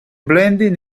blending